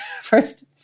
first